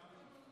הארכת